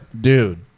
Dude